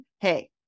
hey